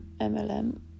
MLM